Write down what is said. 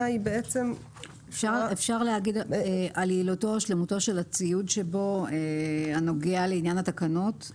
אפשר להגיד "שלמותו של הציוד הנוגע לעניין התקנות"?